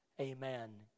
amen